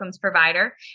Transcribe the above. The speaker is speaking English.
provider